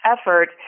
effort